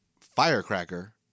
firecracker